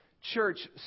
church